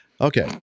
Okay